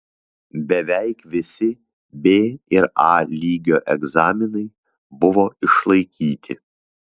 beveik visi b ir a lygio egzaminai buvo išlaikyti